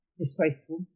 disgraceful